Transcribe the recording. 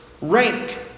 rank